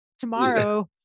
Tomorrow